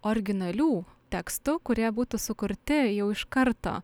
originalių tekstų kurie būtų sukurti jau iš karto